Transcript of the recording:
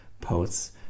poets